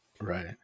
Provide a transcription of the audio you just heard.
Right